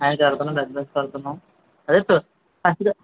కదతానండి advance కడతాను